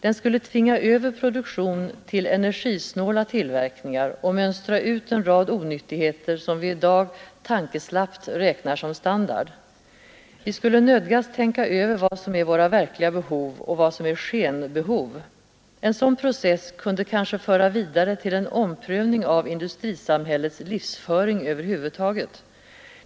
Den skulle tvinga över produktion till energisnåla tillverkningar och mönstra ut en rad onyttigheter, som vi i dag tankeslappt räknar som standard. Vi skulle nödgas tänka över vad som är våra verkliga behov och vad som är skenbehov. En sådan process kunde kanske föras vidare till en omprövning av industrisamhällets livsföring över huvud taget.